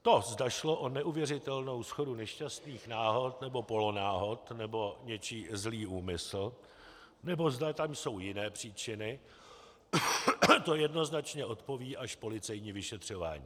To, zda šlo o neuvěřitelnou shodu nešťastných náhod nebo polonáhod, nebo něčí zlý úmysl, nebo zda tam jsou jiné příčiny, to jednoznačně odpoví až policejní vyšetřování.